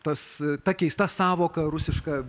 tas ta keista sąvoka rusiška